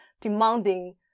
demanding